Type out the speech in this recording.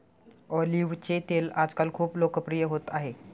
ऑलिव्हचे तेल आजकाल खूप लोकप्रिय होत आहे